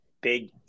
big